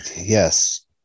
yes